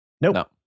Nope